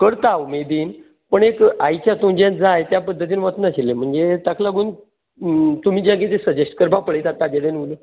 करता उमेदीन पण एक आयचे हातून एक जाय त्या पद्दतीन वचनाशिल्लें म्हणजे तेक लागून तुमी जें कितें सजेस्ट करपाक पळयता तागेले म्हणून